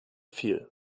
viel